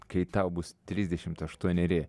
kai tau bus trisdešimt aštuoneri